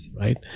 Right